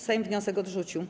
Sejm wniosek odrzucił.